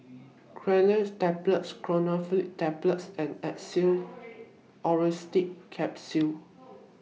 Cinnarizine Tablets Chlorpheniramine Tablets and Xenical Orlistat Capsules